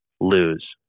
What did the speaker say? lose